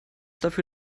dafür